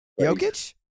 Jokic